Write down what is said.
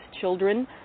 children